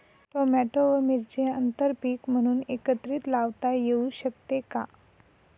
Tomato व मिरची आंतरपीक म्हणून एकत्रित लावता येऊ शकते का?